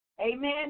Amen